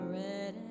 red